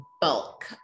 bulk